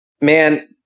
man